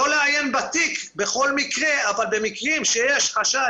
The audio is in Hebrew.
לא לעיין בתיק בכל מקרה אבל במקרים שיש חשד